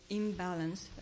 imbalance